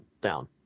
down